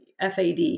FAD